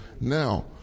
Now